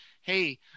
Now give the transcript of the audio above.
hey